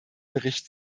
bericht